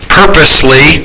purposely